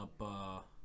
up